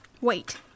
Wait